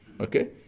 Okay